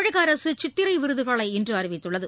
தமிழக அரசு சித்திரை விருதுகளை இன்று அறிவித்துள்ளது